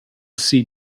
see